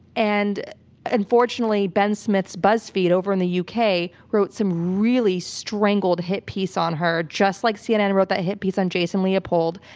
and unfortunately ben smith's buzzfeed over in the u. k. wrote some really strangled hit piece on her just like cnn wrote that hit piece on jason leopold,